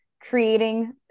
creating